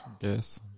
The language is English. Yes